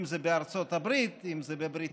אם זה בארצות הברית, אם זה בבריטניה,